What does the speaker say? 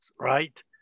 right